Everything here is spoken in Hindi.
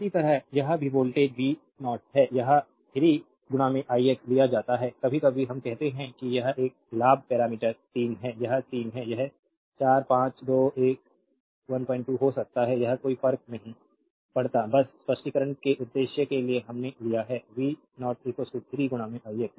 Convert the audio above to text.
इसी तरह यह भी वोल्टेज v 0 है यह 3 ix लिया जाता है कभी कभी हम कहते हैं कि यह एक लाभ पैरामीटर 3 है यह 3 है यह 4 5 2 12 हो सकता है यह कोई फर्क नहीं पड़ता बस स्पष्टीकरण के उद्देश्य के लिए हमने लिया है v 0 3 i x